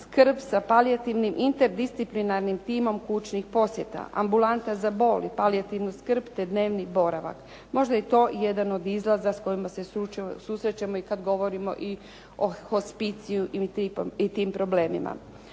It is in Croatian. skrb, sa palijativnim interdisciplinarnim timom kućnih posjeta, ambulanta za bol i palijativnu skrb, te dnevni boravak. Možda je i to jedan od izlaza s kojima se susrećemo i kad govorimo i o hospiciju i tim problemima.